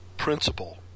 principle